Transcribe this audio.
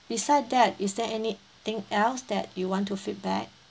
beside that is there anything else that you want to feedback